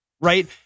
Right